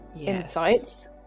insights